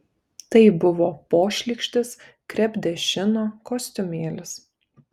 tai buvo pošlykštis krepdešino kostiumėlis